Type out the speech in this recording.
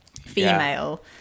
female